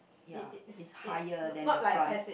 ya is higher than the front